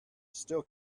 still